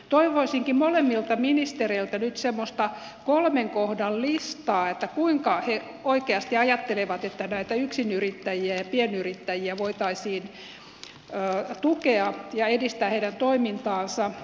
toivoisinkin molemmilta ministereiltä nyt semmoista kolmen kohdan listaa kuinka he oikeasti ajattelevat että näitä yksinyrittäjiä ja pienyrittäjiä voitaisiin tukea ja edistää heidän toimintaansa